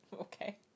Okay